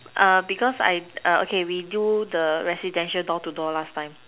because I okay we do the residential door to door last time